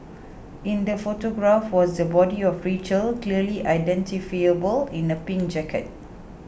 in the photograph was the body of Rachel clearly identifiable in a pink jacket